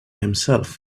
himself